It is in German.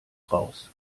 raus